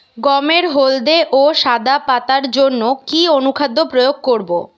গমের হলদে ও সাদা পাতার জন্য কি অনুখাদ্য প্রয়োগ করব?